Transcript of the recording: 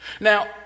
Now